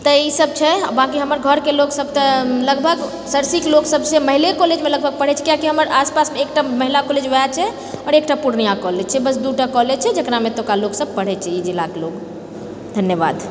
तऽ ई सब छै बाँकि हमर घरके लोग सब तऽ लगभग सरसीके लोक सब छै महिले कॉलेजमे लगभग पढ़ैत छै किआकि हमर आसपासमे एकटा महिला कॉलेज ओएह छै आओर एकटा पूर्णिया कॉलेज छै बस दू टा कॉलेज छै जेकरामे एतुका लोक सब पढ़ैत छै ई जिलाके लोक धन्यवाद